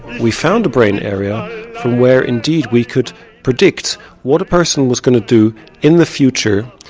we found a brain area from where indeed we could predict what a person was going to do in the future,